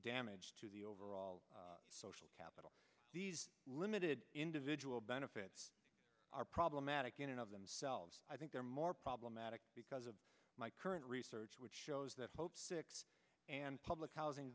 damage to the overall social capital limited individual benefits are problematic in and of themselves i think they're more problematic because of my current research which shows that hope six and public housing